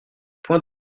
point